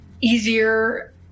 easier